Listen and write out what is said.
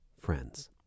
friends